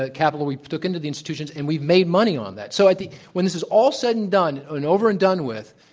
ah capital we took into the institutions and we've made money on that. so i think when this is all said and done and over and done with,